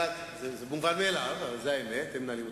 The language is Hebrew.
האמן לי.